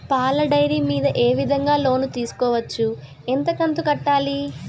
పాల డైరీ మీద ఏ విధంగా లోను తీసుకోవచ్చు? ఎంత కంతు కట్టాలి?